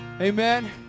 Amen